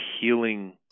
healing